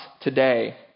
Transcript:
today